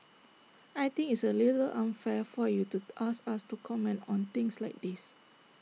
I think it's A little unfair for you to ask us to comment on things like this